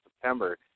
September